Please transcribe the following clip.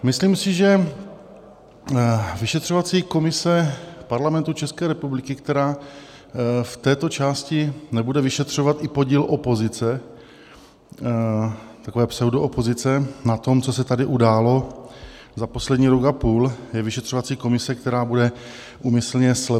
Myslím si, že vyšetřovací komise Parlamentu České republiky, která v této části nebude vyšetřovat i podíl opozice, takové pseudoopozice na tom, co se tady událo za poslední rok a půl, je vyšetřovací komise, která bude úmyslně slepá a hluchá.